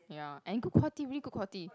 ya and good quality really good quality